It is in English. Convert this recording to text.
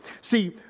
See